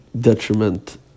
detriment